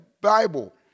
Bible